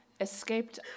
escaped